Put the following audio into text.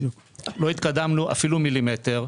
לא התקדמנו מילימטר.